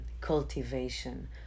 cultivation